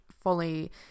fully